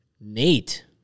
Nate